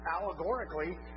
allegorically